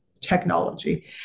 technology